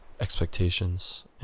expectations